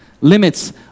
Limits